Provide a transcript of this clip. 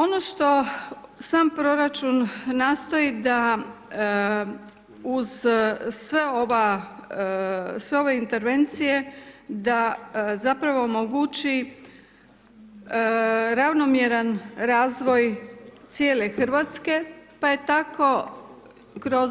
Ono što sam proračun nastoji da uz sve ove intervencije da zapravo mogući ravnomjeran razvoj cijele Hrvatska pa je tako kroz